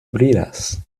brilas